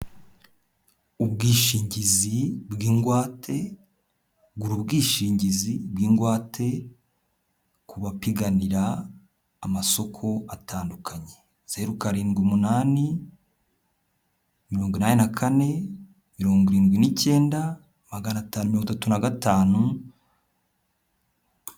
Ubwishingizi bw'ingwate, gura ubwishingizi bw'ingwate ku bapiganira amasoko atandukanye, zeru, karindwi, umunani, mirongo inani na kane, mirongo irindwi n'icyenda, magana atanu miringo itatu na gatanu.